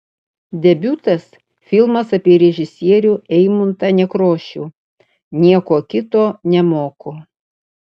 debiutas filmas apie režisierių eimuntą nekrošių nieko kito nemoku